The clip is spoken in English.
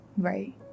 Right